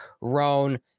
Roan